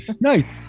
nice